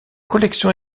collection